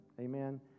Amen